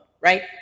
right